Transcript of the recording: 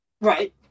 right